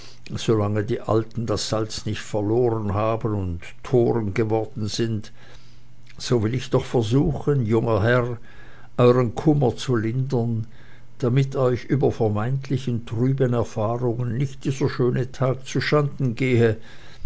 solange die alten das salz nicht verloren haben und toren geworden sind so will ich doch versuchen junger herr euern kummer zu lindern damit euch über vermeintlichen trüben erfahrungen nicht dieser schöne tag zuschanden gehe